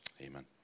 Amen